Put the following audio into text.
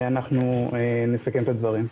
אנחנו נתקן את הדברים.